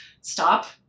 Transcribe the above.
Stop